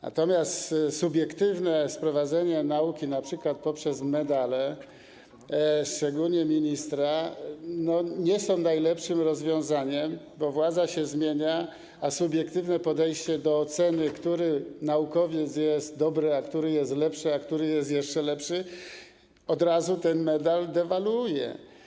Natomiast subiektywne sprowadzenie nauki do tego, np. poprzez medale, szczególnie ministra, nie jest najlepszym rozwiązaniem, bo władza się zmienia, a subiektywne podejście do oceny, który naukowiec jest dobry, który jest lepszy, a który jest jeszcze lepszy, od razu ten medal dewaluuje.